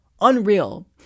unreal